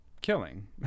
killing